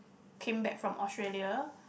came back from Australia